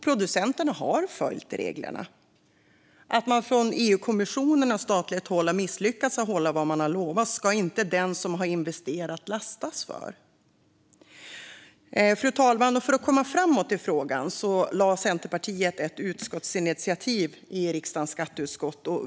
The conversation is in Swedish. Producenterna har följt reglerna. Att man från EU-kommissionen och statligt håll har misslyckats med att hålla vad man lovat ska inte den som har investerat lastas för. Fru talman! För att komma framåt i frågan lade Centerpartiet fram ett förslag till utskottsinitiativ i riksdagens skatteutskott.